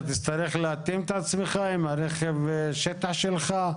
אתה תצטרך להתאים את עצמך עם רכב השטח שלך.